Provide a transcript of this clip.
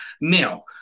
Now